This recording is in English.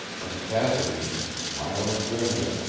and cassidy, smiling grimly,